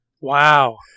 Wow